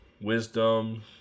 Wisdom